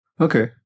Okay